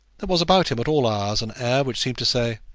there was about him at all hours an air which seemed to say,